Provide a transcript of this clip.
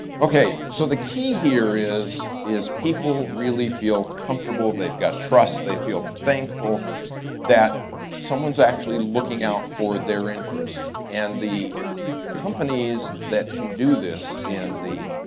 okay, so the key here is is people really feel comfortable, they've got trust, they feel thankful that someone's actually looking out for their interest. and the companies that can do this in the